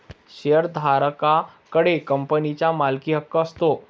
शेअरधारका कडे कंपनीचा मालकीहक्क असतो